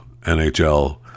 NHL